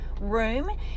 room